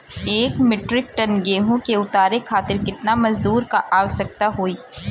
एक metric ton गेहूँ के उतारे खातीर कितना मजदूर क आवश्यकता होई?